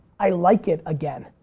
i like it again.